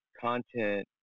content